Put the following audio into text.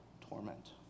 torment